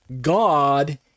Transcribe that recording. God